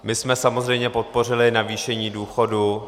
My jsme samozřejmě podpořili navýšení důchodů.